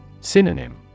Synonym